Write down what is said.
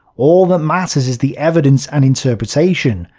all that matters is the evidence and interpretation,